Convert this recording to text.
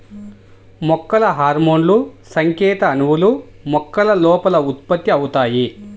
మొక్కల హార్మోన్లుసంకేత అణువులు, మొక్కల లోపల ఉత్పత్తి అవుతాయి